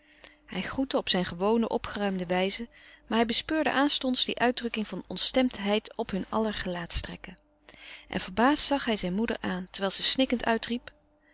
hij groette op zijn gewone opgeruimde wijze maar hij bespeurde aanstonds die uitdrukking van ontstemdheid op hun aller gelaatstrekken en verbaasd zag hij zijne moeder aan terwijl ze snikkend uitriep